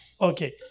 Okay